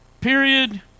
Period